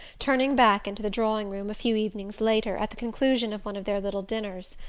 turning back into the drawing-room, a few evenings later, at the conclusion of one of their little dinners.